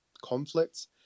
conflicts